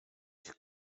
ich